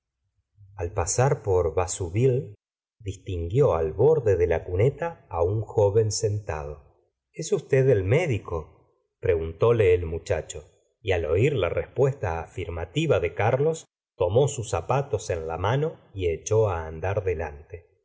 al pasar por vassouville distinguió al borde de la cuneta un joven sentado es usted el médico preguntóle el muchacho y al oir la respuesta afirmativa de carlos tomó sus zapatos en la mano y echó andar delante